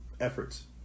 efforts